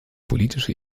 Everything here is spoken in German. politische